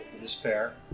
despair